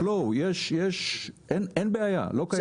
לא, אין בעיה, לא קיים.